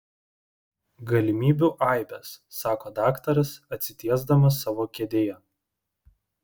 galimybių aibės sako daktaras atsitiesdamas savo kėdėje